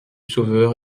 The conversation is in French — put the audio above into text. sauveur